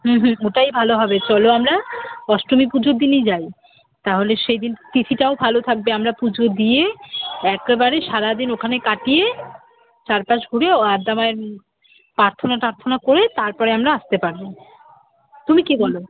হুম হুম ওটাই ভালো হবে চলো আমরা অষ্টমী পুজোর দিনই যাই তাহলে সেই দিন তিথিটাও ভালো থাকবে আমরা পুজো দিয়ে একেবারে সারা দিন ওখানে কাটিয়ে চারপাশ ঘুরে ও আদ্যামায়ের প্রার্থনা টার্থনা করে তারপরে আমরা আসতে পারবো তুমি কি বলো